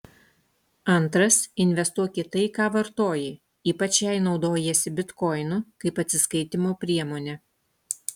antras investuok į tai ką vartoji ypač jei naudojiesi bitkoinu kaip atsiskaitymo priemone